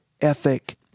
ethic